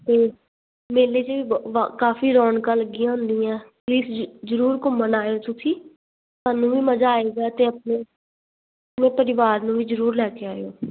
ਅਤੇ ਮੇਲੇ 'ਚ ਵੀ ਬ ਕਾਫੀ ਰੌਣਕਾਂ ਲੱਗੀਆਂ ਹੁੰਦੀਆਂ ਤੁਸੀਂ ਜ ਜ਼ਰੂਰ ਘੁੰਮਣ ਆਇਓ ਤੁਸੀਂ ਤੁਹਾਨੂੰ ਵੀ ਮਜ਼ਾ ਆਏਗਾ ਵੀ ਪਰਿਵਾਰ ਨੂੰ ਵੀ ਜ਼ਰੂਰ ਲੈ ਕੇ ਆਇਓ